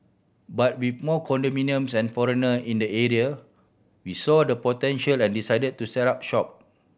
but with more condominiums and foreigner in the area we saw the potential and decided to set up shop